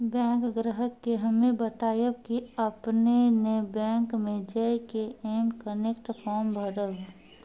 bank ग्राहक के हम्मे बतायब की आपने ने बैंक मे जय के एम कनेक्ट फॉर्म भरबऽ